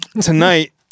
Tonight